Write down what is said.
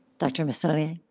dr. meissonier?